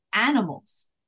animals